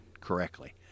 correctly